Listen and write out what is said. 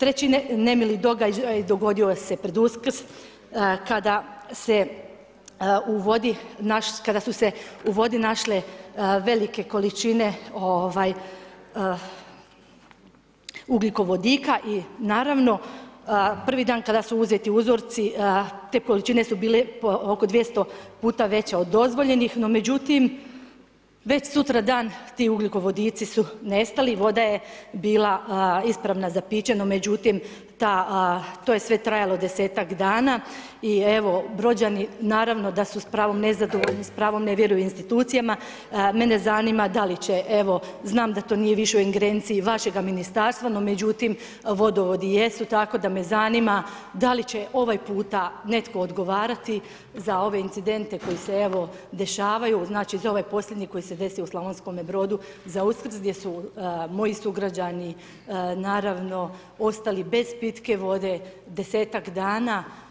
Trećine nemilih događaja, dogodio se pred Uskrs kada se uvodi naš, kada su se u vodi našle velike količine ugljikovodika i naravno, prvi dan kada su uzeti uzorci, te količine su bile oko 200 puta veće od dozvoljenih, no međutim, već sutradan ti ugljikovodici su nestali, voda je bila ispravna za piće, no međutim, to je sve trajalo 10-tak dana i evo, Brođani naravno da su s pravom nezadovoljni, s pravom ne vjeruju institucijama mene zanima da li će evo znam da to nije više u ingerenciji vašega ministarstva, no međutim vodovodi jesu tako da me zanima da li će ovaj puta netko odgovarati za ove incidente koji se dešavaju za ovaj posljednji koji se desio u Slavonskome Brodu za Uskrs gdje su moji sugrađani ostali bez pitke vode desetak dana?